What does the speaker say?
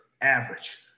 average